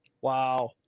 Wow